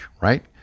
right